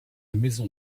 maison